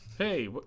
Hey